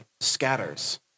scatters